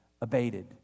abated